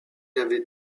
avait